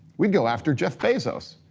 we'd go after jeff bezos.